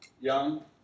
young